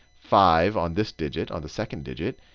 five on this digit, on the second digit.